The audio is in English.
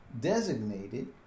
designated